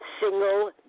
single